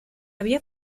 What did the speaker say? había